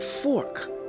fork